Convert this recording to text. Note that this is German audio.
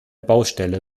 baustelle